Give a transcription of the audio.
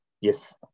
Yes